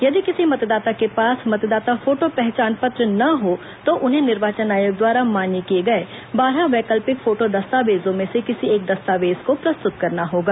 यदि किसी मतदाता के पास मतदाता फोटो पहचान पत्र न हो तो उन्हें निर्वाचन आयोग द्वारा मान्य किए गए बारह वैकल्पिक फोटो दस्तावेजों में से किसी एक दस्तावेज को प्रस्तुत करना होगा